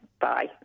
Bye